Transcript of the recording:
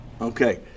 Okay